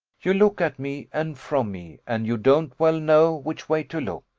you look at me, and from me, and you don't well know which way to look.